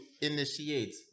initiate